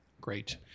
great